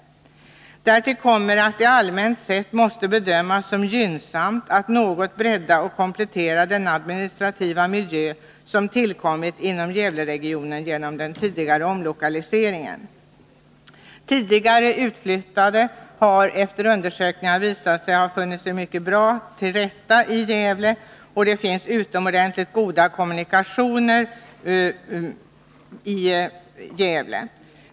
Därtill kommer att det allmänt sett måste bedömas som gynnsamt att något bredda och komplettera den administrativa miljö som tillkommit inom Gävleregionen genom den tidigare omlokaliseringen. Tidigare utflyttade har efter undersökningar visat sig ha funnit sig mycket bra till rätta i Gävle. Det finns också utomordentligt goda kommunikationer i Gävle.